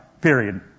Period